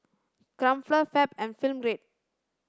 Crumpler Fab and Film Grade